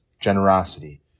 generosity